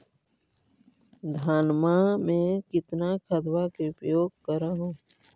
धानमा मे कितना खदबा के उपयोग कर हू?